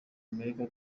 amerika